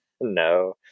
No